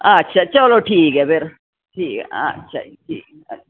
हां अच्छा चलो ठीक ऐ फिर ठीक ऐ अच्छा जी